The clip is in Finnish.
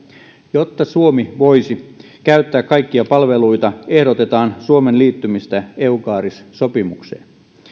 jotta suomi voisi käyttää kaikkia palveluita ehdotetaan suomen liittymistä eucaris sopimukseen